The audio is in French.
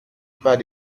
pas